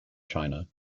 china